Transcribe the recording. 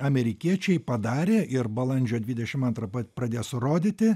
amerikiečiai padarė ir balandžio dvidešim antrą pradės rodyti